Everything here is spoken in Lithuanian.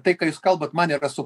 tai ką jūs kalbat man yra su